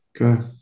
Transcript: Okay